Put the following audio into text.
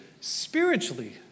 spiritually